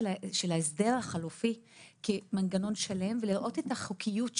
ההסדר החלופי כמנגנון שלם ולראות את החוקיות שלו.